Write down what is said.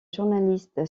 journaliste